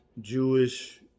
Jewish